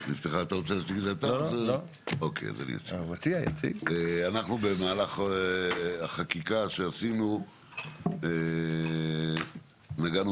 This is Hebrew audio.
הצבעה אושר אנחנו במהלך החקיקה שעשינו נגענו